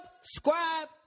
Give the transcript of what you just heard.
subscribe